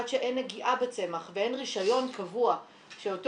עד שאין נגיעה בצמח ואין רישיון קבוע שאותו